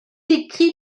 écrit